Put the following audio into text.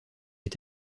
est